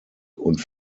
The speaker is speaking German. und